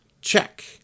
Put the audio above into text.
Check